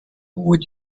would